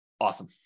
Awesome